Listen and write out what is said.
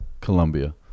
Colombia